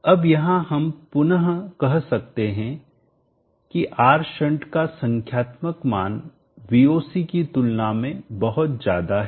अब यहां हम पुनः कह सकते हैं की R शंट का संख्यात्मक मान Voc की तुलना में बहुत ज्यादा है